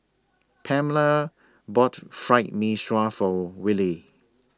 Pamela bought Fried Mee Sua For Wiley